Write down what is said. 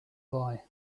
boy